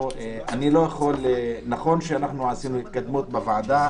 נכון שעשינו התקדמות בוועדה,